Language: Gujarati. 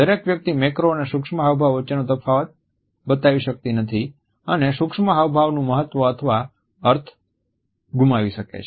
દરેક વ્યક્તિ મેક્રો અને સૂક્ષ્મ હાવભાવ વચ્ચેનો તફાવત બતાવી શકતી નથી અને સૂક્ષ્મ હાવભાવનું મહત્વ અથવા અર્થ ગુમાવી શકે છે